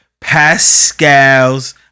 Pascals